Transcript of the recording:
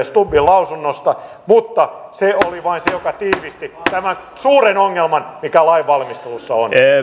stubbin lausunnosta mutta se oli vain se joka tiivisti tämän suuren ongelman mikä lainvalmistelussa on